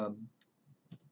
um